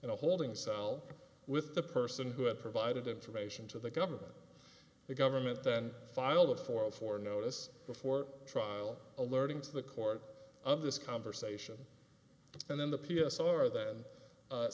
in a holding cell with the person who had provided information to the government the government then filed a formal for a notice before trial alerting to the court of this conversation and then the p s r then